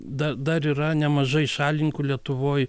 da dar yra nemažai šalininkų lietuvoj